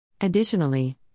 Additionally